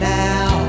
now